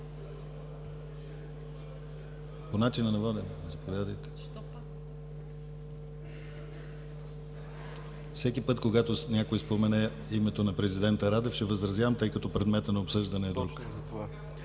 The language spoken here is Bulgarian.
По начина на водене? Заповядайте, господин Попов. Всеки път, когато някой спомене името на президента Радев ще възразявам, тъй като предметът на обсъждане е друг.